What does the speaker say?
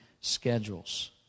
schedules